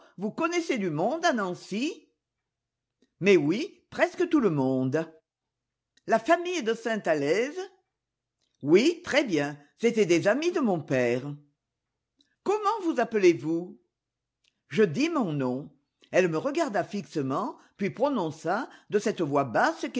vous connaissez du monde à nancy mais oui presque tout le monde la famille de sainte allaize oui très bien c'étaient des amis de mon père comment vous appelez-vous je dis mon nom elle me regarda fixement puis prononça de cette voix basse